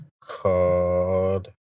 called